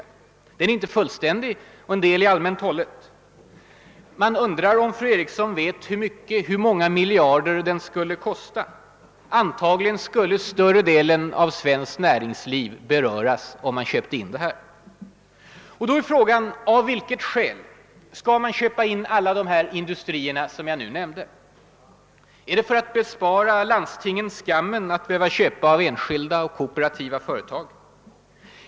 Listan är inte fullständig och en del är allmänt hållet. Man undrar om fru Eriksson vet hur många miljarder detta skulle kosta. Antagligen skulle större delen av svenskt näringsliv beröras om de företag det gäller köptes in. Då är frågan: Av vilket skäl skall man socialisera alla de industrier som här avses? Är det för att bespara landstingen skammen att behöva köpa av enskilda och kooperativa företag?